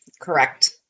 Correct